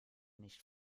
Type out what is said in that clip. nicht